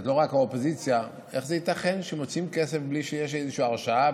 לא רק האופוזיציה: איך זה ייתכן שמוציאים כסף בלי שיש איזושהי הרשאה?